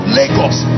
lagos